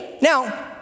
now